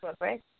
right